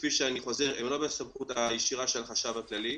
שאני חוזר, הם לא בסמכות הישירה של החשב הכללי,